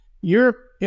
Europe